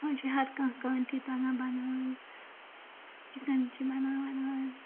آز چھُ ہر کانٛہہ کانتی تگان بَناوٕنۍ چِکن چھِ بناوان آز